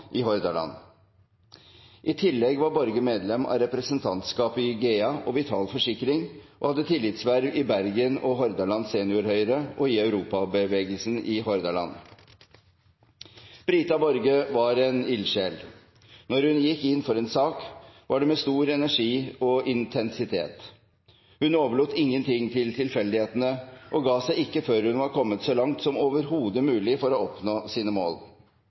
i Hordaland. I tillegg var Borge medlem av representantskapet i Hygea og Vital Forsikring og hadde tillitsverv i Bergen og Hordaland Senior Høyre og i Europabevegelsen i Hordaland. Brita Borge var en ildsjel. Når hun gikk inn for en sak, var det med stor energi og intensitet. Hun overlot ingenting til tilfeldighetene og ga seg ikke før hun var kommet så langt som overhodet mulig for å oppnå sine mål.